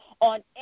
on